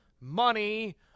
money